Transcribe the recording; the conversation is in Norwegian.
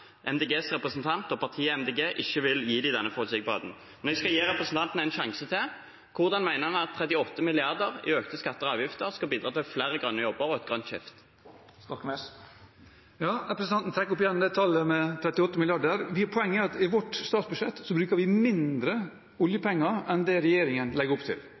MDGs representant og partiet MDG ikke vil gi dem denne forutsigbarheten. Men jeg skal gi representanten en sjanse til: Hvordan mener han at 38 mrd. i økte skatter og avgifter skal bidra til flere grønne jobber og et grønt skifte? Representanten trekker igjen fram tallet 38 mrd. Poenget er at i vårt statsbudsjett bruker vi mindre oljepenger enn det regjeringen legger opp til.